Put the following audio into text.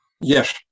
Yes